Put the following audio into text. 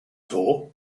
tour